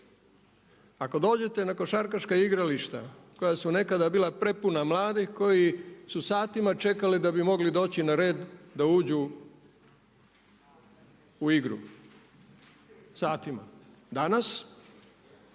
Ako dođete na košarkaška igrališta koja su nekada bila prepuna mladih koji su satima čekali da bi mogli doći na red da uđu u igru, satima. Danas